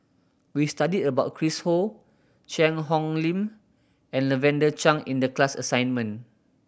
we studied about Chris Ho Cheang Hong Lim and Lavender Chang in the class assignment